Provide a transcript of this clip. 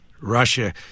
Russia